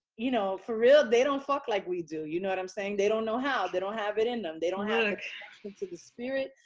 you know, for real. they don't fuck like we do. you know what i'm saying? they don't know how. they don't have it in them. they don't have ah the spirit.